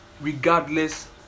regardless